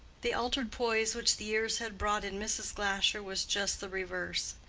the altered poise which the years had brought in mrs. glasher was just the reverse.